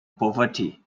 poverty